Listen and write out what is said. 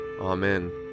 Amen